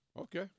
Okay